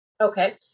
Okay